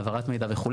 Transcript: העברת מידע וכו'.